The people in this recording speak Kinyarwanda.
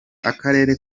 akarere